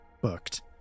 booked